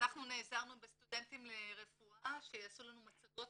אנחנו נעזרנו בסטודנטים לרפואה שיעשו לנו מצגות